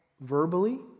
verbally